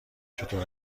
چطور